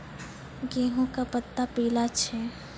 गेहूँ के पत्ता पीला छै?